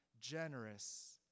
generous